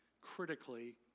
critically